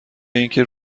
اینکه